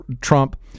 Trump